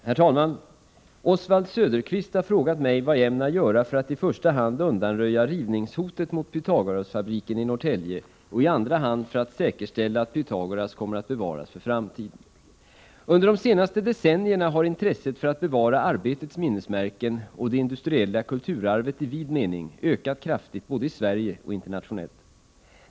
Herr talman! Oswald Söderqvist har frågat mig vad jag ämnar göra för att i första hand undanröja rivningshotet mot Pythagorasfabriken i Norrtälje och i andra hand för att säkerställa att Pythagoras kommer att bevaras för framtiden. Under de senaste decennierna har intresset för att bevara arbetets minnesmärken och det industriella kulturarvet i vid mening ökat kraftigt både i Sverige och internationellt.